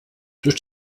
durch